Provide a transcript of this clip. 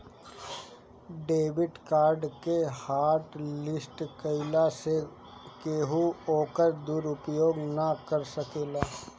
debit card के hotlist कईला से केहू ओकर दुरूपयोग ना कर सकेला